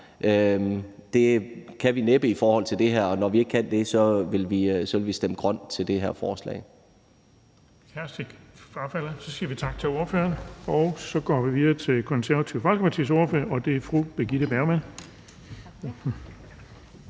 Det kan vi næppe i forhold til det her, og når vi ikke kan det, vil vi stemme grønt til det her forslag.